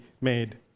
made